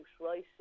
right